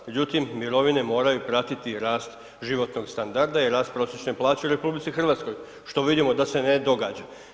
Međutim, mirovine moraju pratiti rast životnog standarda i rast prosječne plaće u RH, što vidimo da se ne događa.